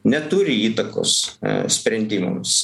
neturi įtakos sprendimams